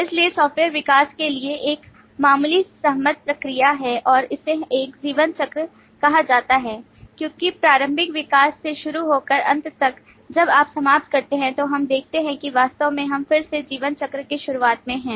इसलिए सॉफ्टवेयर विकास के लिए एक मामूली सहमत प्रक्रिया है और इसे एक जीवन चक्र कहा जाता है क्योंकि प्रारंभिक विकास से शुरू होकर अंत तक जब आप समाप्त करते हैं तो हम देखते हैं कि वास्तव में हम फिर से जीवनचक्र की शुरुआत में हैं